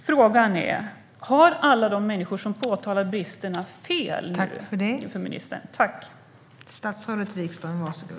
Frågan är: Har alla de människor som påtalar brister för ministern fel?